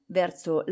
verso